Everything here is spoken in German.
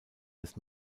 des